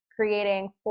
creating